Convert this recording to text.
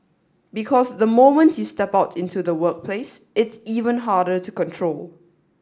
because the moment you step out into the workplace it's even harder to control